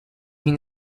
been